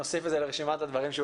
אנחנו נוסיף את זה לרשימת הדברים שהוא